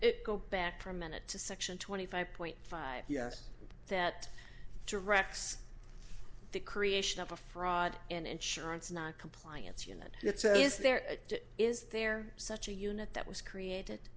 to go back for a minute to section twenty five point five yes that directs the creation of a fraud and insurance not compliance unit is there is there such a unit that was created